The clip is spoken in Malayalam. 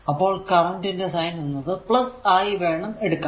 അപ്പോൾ കറന്റ് ന്റെ സൈൻ എന്നത് ആയി വേണം എടുക്കാൻ